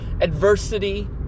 adversity